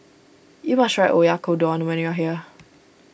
you must try Oyakodon when you are here